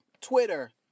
Twitter